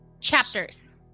chapters